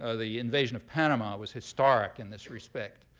ah the invasion of panama was historic in this respect.